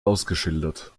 ausgeschildert